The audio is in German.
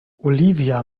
olivia